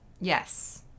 yes